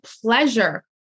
pleasure